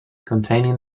containing